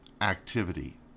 activity